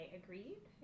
agreed